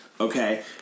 Okay